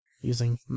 using